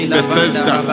Bethesda